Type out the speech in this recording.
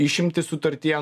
išimtys sutartyje